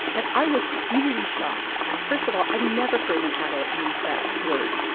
and i was really shocked. first of all, i'd never heard an adult use that word.